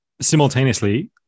Simultaneously